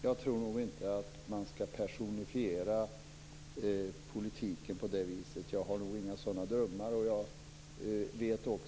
Fru talman! Jag tror inte att man skall personifiera politiken så. Jag har inga sådana drömmar, och jag vet att